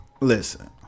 listen